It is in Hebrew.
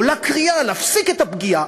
עולה קריאה להפסיק את הפגיעה.